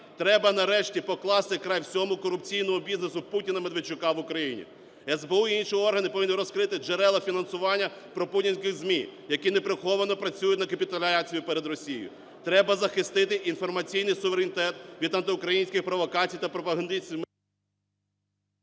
Треба нарешті покласти край всьому корупційному бізнесу Путіна-Медведчука в Україні. СБУ і інші органи повинні розкрити джерела фінансування пропутінських ЗМІ, які неприховано працюють на капітуляцію перед Росією. Треба захистити інформаційний суверенітет від антиукраїнської провокації та пропагандистів…